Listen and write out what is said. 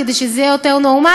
כדי שזה יהיה יותר נורמלי,